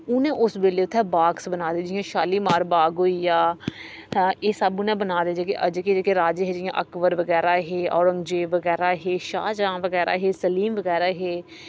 उनें उस बेल्लै दे उत्थैं बाग बना दे जियां शालीमार बाग होईया ऐ एह् सब उनें बना दे जेह्के जेह्के राजे हे जियां अकबर बगैरा हे औरंगजेब बगैरा हे शाहजंहा बगैरा हे सलीम बगैरा हे